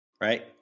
right